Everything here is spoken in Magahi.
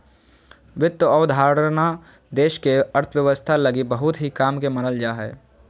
वित्त अवधारणा देश के अर्थव्यवस्था लगी बहुत ही काम के मानल जा हय